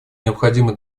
необходимо